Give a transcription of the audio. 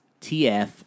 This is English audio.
TF